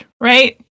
right